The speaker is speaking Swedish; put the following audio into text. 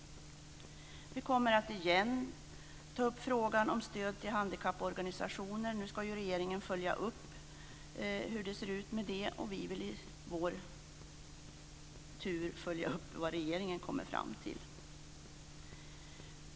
Vi kommer att återigen ta upp frågan om stöd till handikapporganisationer. Nu ska ju regeringen följa upp hur det ser ut, och vi vill i vår tur följa upp vad regeringen kommer fram till.